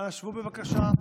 אנא שבו, בבקשה.